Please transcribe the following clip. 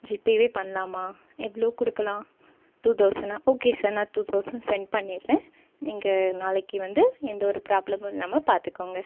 ஜீபேவே பண்ணலாமா எவ்வளோ கொடுக்கலாம் டூ தௌசண்டா ஓகே சார் நான் டூ தௌசண்ட் சென்ட் பண்ணிடுறேன் நீங்கள் நாளைக்கு வந்து எந்த ஒரு பிராப்ளமும் இல்லாமல் பார்த்துக்கோங்க